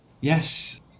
Yes